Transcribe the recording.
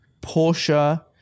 Porsche